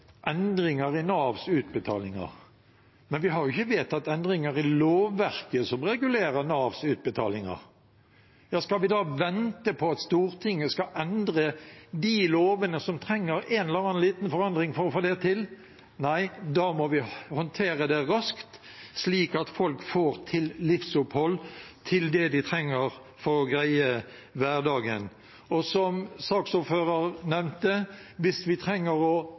endringer i Navs utbetalinger, men vi har ikke vedtatt endringer i lovverket som regulerer Navs utbetalinger. Skal vi vente på at Stortinget skal endre de lovene som trenger en eller annen liten forandring for å få det til? Nei, vi må håndtere det raskt, slik at folk får til livsopphold, til det de trenger for å greie hverdagen. Og som saksordføreren nevnte: Hvis vi trenger å